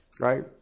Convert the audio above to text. Right